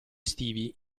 estivi